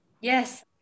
Yes